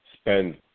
spend